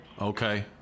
okay